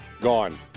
Gone